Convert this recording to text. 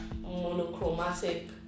monochromatic